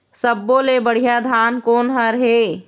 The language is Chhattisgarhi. सब्बो ले बढ़िया धान कोन हर हे?